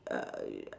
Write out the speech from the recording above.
uh ya